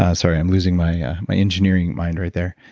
ah sorry, i'm losing my ah my engineering mind right there.